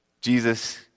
Jesus